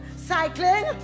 Cycling